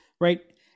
Right